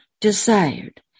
desired